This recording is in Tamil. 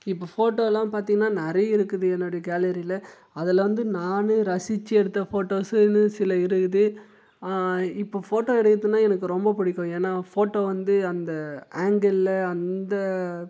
இப்போ ஃபோட்டோயெல்லாம் பார்த்தீங்கன்னா நிறைய இருக்குது என்னுடைய கேலரியில் அதில் வந்து நான் ரசித்து எடுத்த ஃபோட்டோஸ்ன்னு சில இருக்குது இப்போ ஃபோட்டோ எடுக்கிறதுன்னா எனக்கு ரொம்ப பிடிக்கும் ஏன்னால் ஃபோட்டோ வந்து அந்த ஆங்கிளில் அந்த